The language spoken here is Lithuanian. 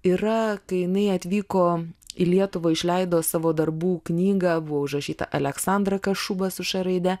yra kai jinai atvyko į lietuvą išleido savo darbų knygą buvo užrašyta aleksandra kašuba su š raide